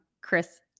Chris